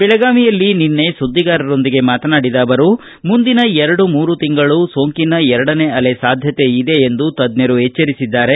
ಬೆಳಗಾವಿಯಲ್ಲಿ ನಿನ್ನೆ ಸುದ್ಗಿಗಾರರೊಂದಿಗೆ ಮಾತನಾಡಿದ ಅವರು ಮುಂದಿನ ಎರಡು ಮೂರು ತಿಂಗಳು ಸೋಂಕಿನ ಎರಡನೆ ಅಲೆ ಸಾಧ್ಯತೆ ಇದೆ ಎಂದು ತಜ್ಞರು ಎಚ್ಚರಿಸಿದ್ಗಾರೆ